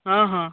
ହଁ ହଁ